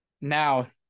now